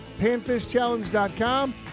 panfishchallenge.com